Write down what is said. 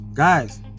Guys